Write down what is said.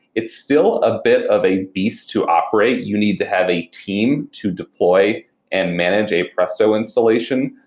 it's still a bit of a beast to operate. you need to have a team to deploy and manage a presto installation.